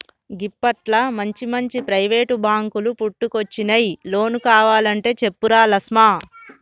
గిప్పట్ల మంచిమంచి ప్రైవేటు బాంకులు పుట్టుకొచ్చినయ్, లోన్ కావలంటే చెప్పురా లస్మా